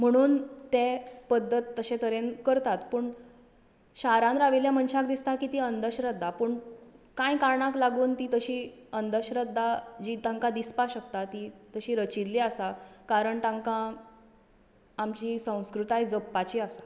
म्हणून ते पद्दत तशें तरेन करतात पूण शारांत राविल्ले मनशांक दिसता की ती अंधश्रध्दा पूण कांय कारणांक लागून ती तशी अंधश्रध्दा जी तांकां दिसपाक शकता ती तशी रचिल्ली आसा कारण तांकां आमची संस्क्रृताय जपपाची आसा